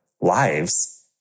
lives